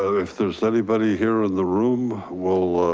ah if there's anybody here in the room will.